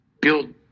build